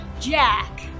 Jack